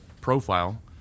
profile